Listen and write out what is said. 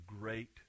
great